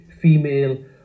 female